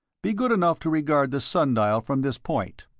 be good enough to regard the sun-dial from this point,